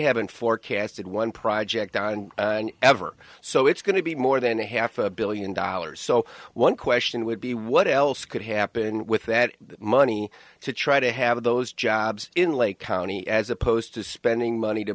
haven't forecasted one project on ever so it's going to be more than a half a billion dollars so one question would be what else could happen with that money to try to have those jobs in lake county as opposed to spending money to